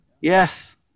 Yes